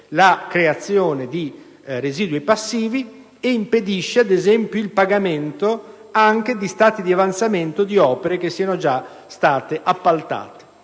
la creazione di residui passivi ed impedisce, ad esempio, il pagamento anche di stati di avanzamento di opere già appaltate.